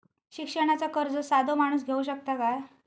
शिक्षणाचा कर्ज साधो माणूस घेऊ शकता काय?